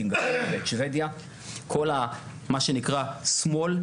מדינת ישראל לאוכלוסיות שנמצאות מה שאנחנו קוראים בפריפריה,